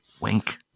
wink